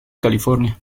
california